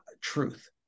truth